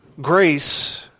Grace